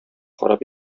харап